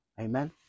amen